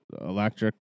electric